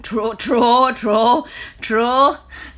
true true true true